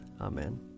Amen